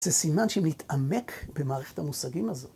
‫זה סימן שמתעמק ‫במערכת המושגים הזאת.